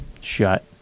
shut